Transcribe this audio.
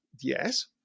yes